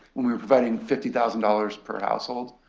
we were providing fifty thousand dollars per household.